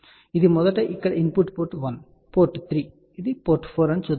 కాబట్టి ఇది మొదట ఇక్కడ ఇది ఇన్పుట్ పోర్ట్ 1 పోర్ట్ 3 పోర్ట్ 4 అని చూద్దాం